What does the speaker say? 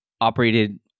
operated